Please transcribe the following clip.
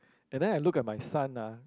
and then I look at my son ah